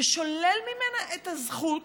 ושולל ממנה את הזכות